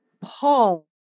Paul